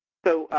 so,